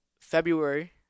February